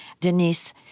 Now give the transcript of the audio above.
Denise